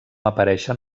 apareixen